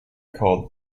called